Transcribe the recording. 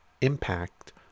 impact